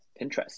Pinterest